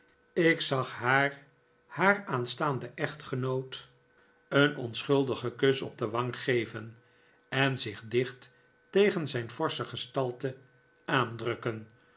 ik zag haar haar aanstaanden echtgenoot een onschuldigen kus op de wang geven en zich dicht tegen zijn forsche gestalte aandrukken